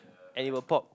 and it will pop